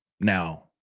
Now